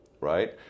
right